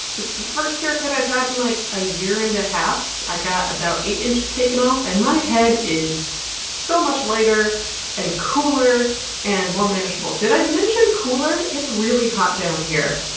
it's the first haircut i've had in, like, a year and a half. i got about eight inches taken off. and my head is so much lighter and cooler and more manageable. did i mention cooler? it's really hot down here.